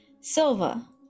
Silva